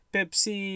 Pepsi